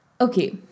Okay